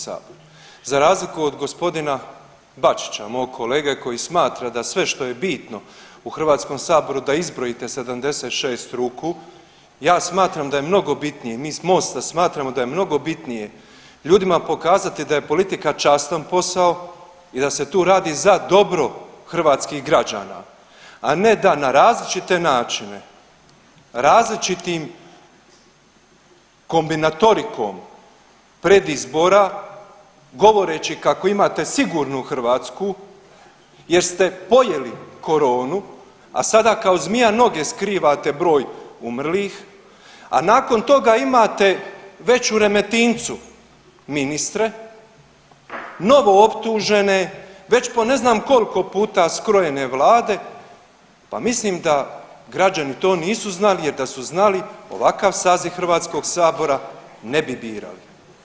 Za razliku od g. Bačića, mog kolege koji smatra da sve što je bitno u HS-u da izbrojite 76 ruku, ja smatram da je mnogo bitnije, mi iz Mosta smatramo da je mnogo bitnije ljudima pokazati da je politika častan posao i da se tu radi za dobro hrvatskih građana, a ne da na različite načine, različitim kombinatorikom predizbora, govoreći kako imate sigurnu Hrvatsku jer ste pojeli koronu, a sada kao zmija noge skrivate broj umrlih, a nakon toga imate već u Remetincu ministre novooptužene, već po ne znam koliko puta skrojene vlade pa mislim da građani to nisu znali jer da su znali ovakav saziv Hrvatskog sabora ne bi birali.